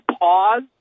pause